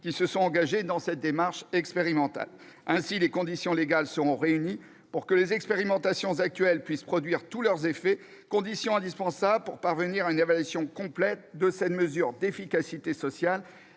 qui se sont engagés dans cette démarche expérimentale. Ainsi, les conditions légales seront réunies pour que les expérimentations actuelles puissent produire tous leurs effets, condition indispensable pour parvenir à une évaluation complète de cette mesure d'efficacité sociale